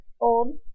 old